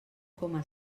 coma